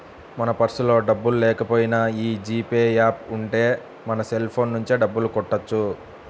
మన పర్సులో డబ్బుల్లేకపోయినా యీ జీ పే యాప్ ఉంటే మన సెల్ ఫోన్ నుంచే డబ్బులు కట్టొచ్చు